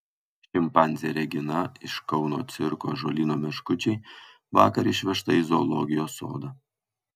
šimpanzė regina iš kauno cirko ąžuolyno meškučiai vakar išvežta į zoologijos sodą